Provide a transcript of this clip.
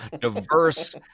diverse